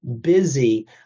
busy